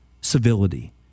civility